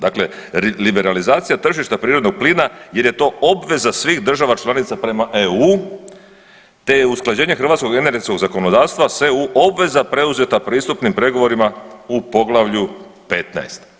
Dakle, liberalizacija tržišta prirodnog plina jer je to obveza svih država članica prema EU te je usklađenje hrvatskog energetskog zakonodavstva sve u obveza preuzeta pristupnim pregovorima u Poglavlju 15.